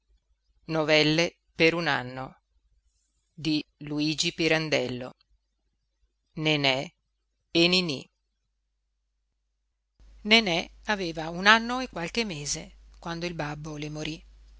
me figlia t'inganna nenè e niní nenè aveva un anno e qualche mese quando il babbo le morí